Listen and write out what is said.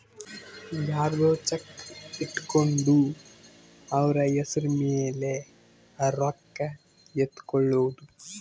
ಯರ್ದೊ ಚೆಕ್ ಇಟ್ಕೊಂಡು ಅವ್ರ ಹೆಸ್ರ್ ಮೇಲೆ ರೊಕ್ಕ ಎತ್ಕೊಳೋದು